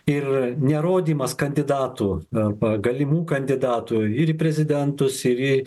ir nerodymas kandidatų arba galimų kandidatų ir prezidentus ir į